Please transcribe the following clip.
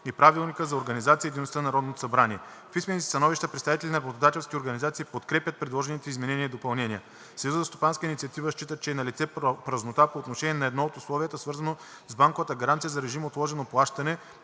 на Народното събрание. В писмените си становища представителите на работодателските организации подкрепят предложените изменения и допълнения. Съюзът за стопанска инициатива считат, че е налице празнота по отношение на едно от условията, свързано с банковата гаранция за режим отложено плащане,